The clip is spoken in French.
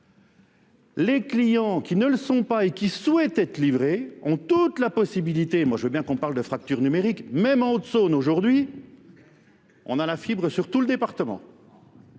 Les clients qui ne le sont pas et qui souhaitent être livrés ont toute la possibilité, moi je veux bien qu'on parle de fracture numérique, même en haute zone aujourd'hui, on a la fibre sur tout le département.